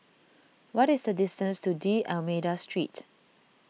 what is the distance to D'Almeida Street